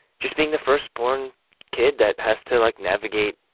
just being the first-born kid that has to, like, navigate,